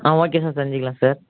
ஆ okay sir செஞ்சுக்கலாம் sir